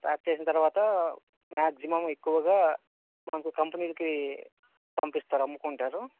pack చేసిన తర్వాత maximum ఎక్కువగా మనకు కంపెనీలకి పంపిస్తారు అమ్ముకుంటారు